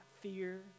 fear